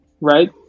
right